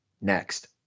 next